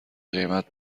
قیمت